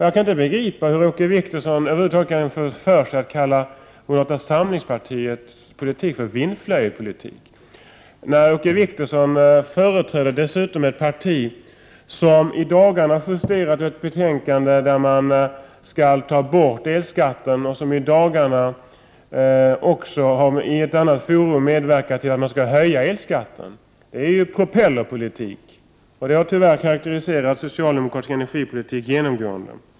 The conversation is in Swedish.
Jag kan inte begripa hur Åke Wictorsson över huvud taget kan få för sig att kalla moderata samlingspartiets politik för vindflöjelpolitik. Åke Wictorsson företräder ju ett parti som i dagarna har justerat ett betänkande som går ut på att man skall ta bort elskatten. Samma parti har i ett annat forum samtidigt medverkat till att man skall höja elskatten. Det är ju propellerpolitik. Det har tyvärr karakteriserat socialdemokratisk energipolitik genomgående.